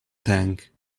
tank